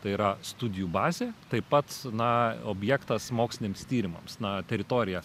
tai yra studijų bazė tai pats na objektas moksliniams tyrimams na teritorija